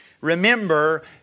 remember